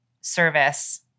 service